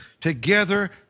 together